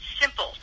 simple